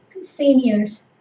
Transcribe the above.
seniors